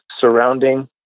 surrounding